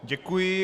Děkuji.